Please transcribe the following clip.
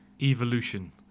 Evolution